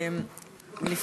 תודה רבה,